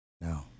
No